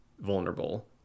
vulnerable